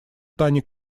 тани